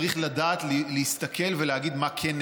צריך לדעת להסתכל ולהגיד מה כן נעשה.